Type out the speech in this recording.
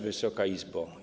Wysoka Izbo!